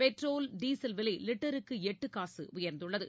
petrol diesel விலைலிட்டருக்குஎட்டுகாசுடயர்ந்துள்ளது